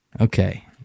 Okay